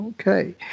Okay